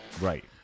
Right